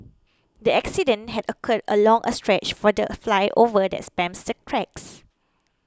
the accident had occurred along a stretch for the flyover that spans the tracks